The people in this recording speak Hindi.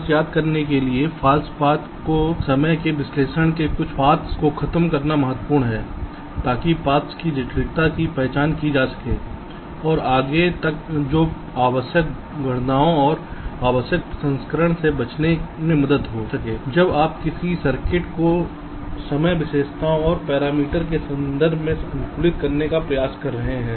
बस याद करने के लिए फॉल्स पाथ्स को समय के विश्लेषण से कुछ पाथ्स को खत्म करना महत्वपूर्ण है ताकि पाथ्स की जटिलता की पहचान की जा सके और आगे तक जो अनावश्यक गणनाओं और अनावश्यक प्रसंस्करण से बचने में मदद हो सके जब आप किसी सर्किट को समय विशेषताओं और पैरामीटर के संबंध में अनुकूलित करने का प्रयास कर रहे हों